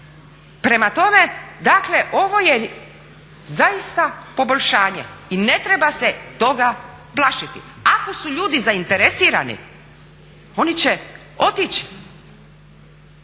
Prema tome, dakle ovo je zaista poboljšanje i ne treba se toga plašiti. Ako su ljudi zainteresirani, oni će otići